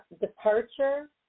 departure